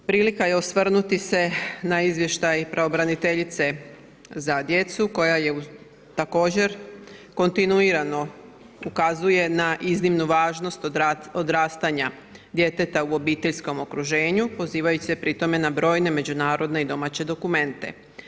Prilika je osvrnuti se na Izvještaj Pravobraniteljice za djecu koja također kontinuirano ukazuje na iznimnu važnost odrastanja djeteta u obiteljskom okruženju pozivajući se pri tome na brojne međunarodne i domaće dokumente.